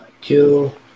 Kill